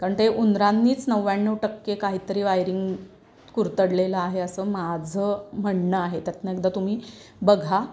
कारण ते उंदरांनीच नव्याण्णव टक्के काहीतरी वायरिंग कुरतडलेलं आहे असं माझं म्हणणं आहे त्यातून एकदा तुम्ही बघा